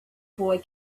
boy